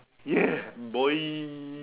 ya boy